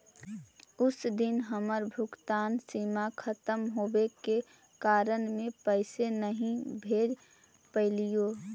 उस दिन हमर भुगतान सीमा खत्म होवे के कारण में पैसे नहीं भेज पैलीओ